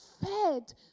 fed